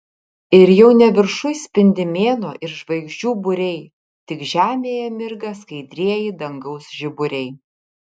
ir jau ne viršuj spindi mėnuo ir žvaigždžių būriai tik žemėje mirga skaidrieji dangaus žiburiai